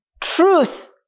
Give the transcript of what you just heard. truth